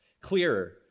clearer